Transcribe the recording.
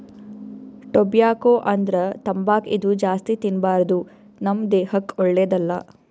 tobacco ಅಂದ್ರ ತಂಬಾಕ್ ಇದು ಜಾಸ್ತಿ ತಿನ್ಬಾರ್ದು ನಮ್ ದೇಹಕ್ಕ್ ಒಳ್ಳೆದಲ್ಲ